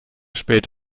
spät